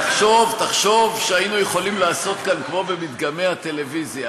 תחשוב שהיינו יכולים לעשות כאן כמו במדגמי הטלוויזיה.